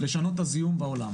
לשנות את הזיהום בעולם.